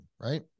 right